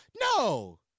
No